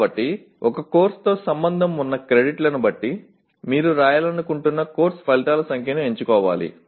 కాబట్టి ఒక కోర్సుతో సంబంధం ఉన్న క్రెడిట్లను బట్టి మీరు రాయాలనుకుంటున్న కోర్సు ఫలితాల సంఖ్యను ఎంచుకోవాలి